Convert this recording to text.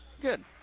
good